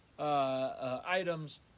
Items